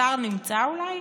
השר נמצא, אולי,